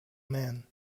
man